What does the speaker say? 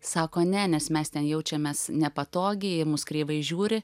sako ne nes mes ten jaučiamės nepatogiai į mus kreivai žiūri